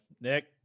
Nick